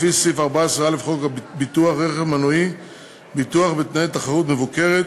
לפי סעיף 14א לחוק ביטוח רכב מנועי (ביטוח בתנאי תחרות מבוקרת,